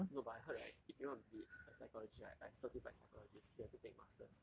no but I heard right if you wanna be a psychologist right like certified psychologist you have to take masters